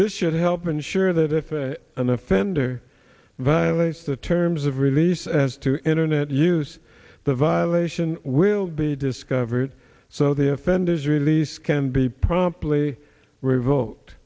this should help ensure that if an offender violates the terms of release as to internet use the violation will be discovered so the offenders release can be promptly revo